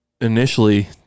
initially